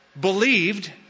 believed